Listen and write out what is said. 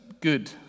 good